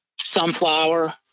Sunflower